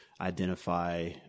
identify